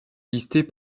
listés